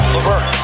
Levert